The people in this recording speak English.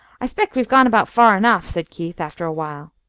i s'pect we've gone about far enough, said keith, after awhile.